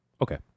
Okay